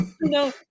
No